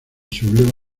subleva